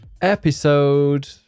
episode